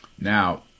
Now